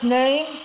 name